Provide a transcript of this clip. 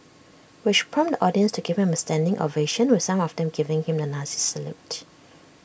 which prompted the audience to give him A standing ovation with some of them giving him the Nazi salute